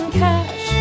cash